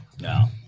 No